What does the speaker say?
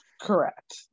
Correct